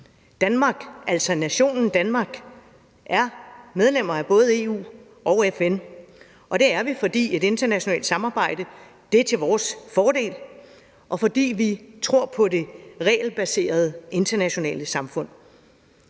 Danmark, altså nationen Danmark, er medlem af både EU og FN, og det er vi, fordi et internationalt samarbejde er til vores fordel, og fordi vi tror på det regelbaserede internationale samfund.